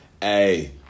Hey